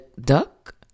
duck